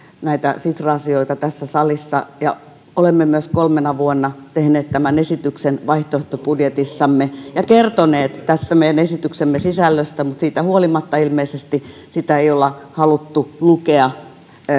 näitä sitran asioita tässä salissa ja olemme myös kolmena vuonna tehneet tämän esityksen vaihtoehtobudjetissamme ja kertoneet tästä meidän esityksemme sisällöstä mutta siitä huolimatta ilmeisesti sitä ei olla haluttu lukea